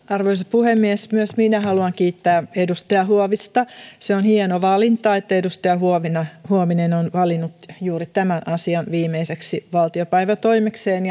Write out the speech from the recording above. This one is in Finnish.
arvoisa puhemies myös minä haluan kiittää edustaja huovista se on hieno valinta että edustaja huovinen huovinen on valinnut juuri tämän asian viimeiseksi valtiopäivätoimekseen